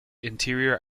interior